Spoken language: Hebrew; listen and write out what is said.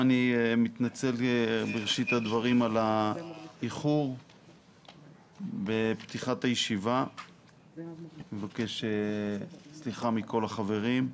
אני מתנצל על האיחור בפתיחת הישיבה ומבקש סליחה מכל החברים.